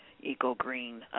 eco-green